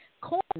corn